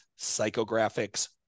psychographics